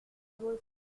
breton